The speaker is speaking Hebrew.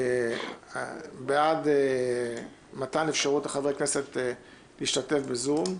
אני בעד מתן אפשרות לחברי כנסת להשתתף בזום.